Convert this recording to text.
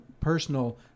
personal